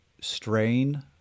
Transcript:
strain